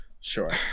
Sure